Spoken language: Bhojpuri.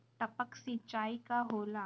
टपक सिंचाई का होला?